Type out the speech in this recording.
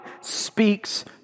speaks